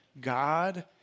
God